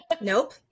Nope